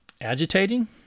agitating